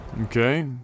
okay